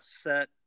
set